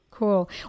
Cool